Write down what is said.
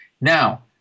Now